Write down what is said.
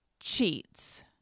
cheats